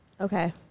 Okay